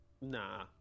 nah